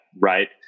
right